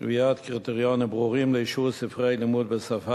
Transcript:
קביעת קריטריונים ברורים לאישור ספרי לימוד בשפה